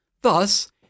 Thus